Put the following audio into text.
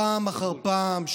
פעם אחר פעם,